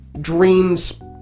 dreams